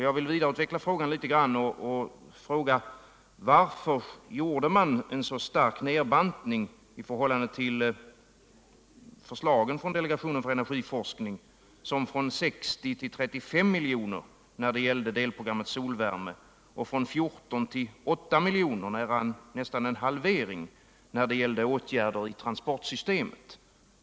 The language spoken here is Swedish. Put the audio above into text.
Jag vill vidareutveckla frågan litet grand och undrar därför också, varför man gjorde en så stark nedbantning i förhållande till förslagen från delegationen för energiforskning som från 60 till 35 miljoner när det gällde delprogrammet solvärme och från 14 miljoner till 8 miljoner — nästan en halvering — när det gällde åtgärder i transportsystemet.